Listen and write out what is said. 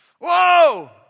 Whoa